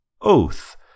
Oath